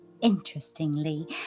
interestingly